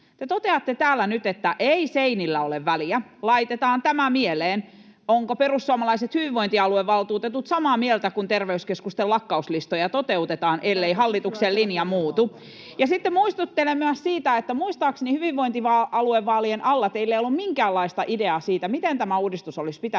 toteatte täällä nyt, että ei seinillä ole väliä. Laitetaan tämä mieleen. Ovatko perussuomalaiset hyvinvointialuevaltuutetut samaa mieltä, kun terveyskeskusten lakkauslistoja toteutetaan, ellei hallituksen linja muutu? Ja sitten muistuttelen myös siitä, että muistaakseni hyvinvointialuevaalien alla teillä ei ollut minkäänlaista ideaa siitä, miten tämä uudistus olisi pitänyt